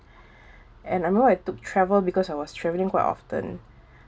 and I know took travel because I was traveling quite often